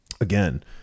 again